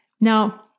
Now